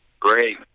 Great